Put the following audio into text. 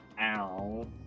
Ow